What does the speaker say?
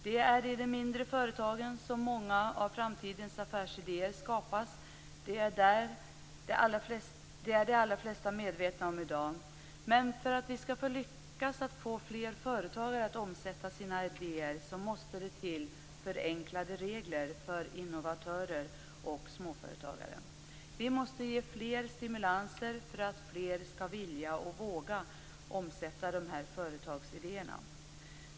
Det är i de mindre företagen som många av framtidens affärsidéer skapas; det är de allra flesta medvetna om i dag. Men skall vi lyckas få fler företagare att omsätta sina idéer måste det till förenklade regler för innovatörer och småföretagare. Vi måste ge fler stimulanser för att fler skall vilja och våga omsätta sina företagsidéer.